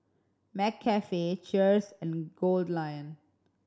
McCafe Cheers and Goldlion